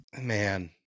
man